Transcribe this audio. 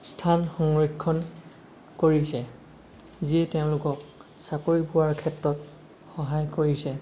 স্থান সংৰক্ষণ কৰিছে যিয়ে তেওঁলোকক চাকৰি পোৱাৰ ক্ষেত্ৰত সহায় কৰিছে